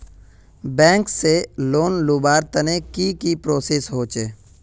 Bank से loan लुबार तने की की प्रोसेस होचे?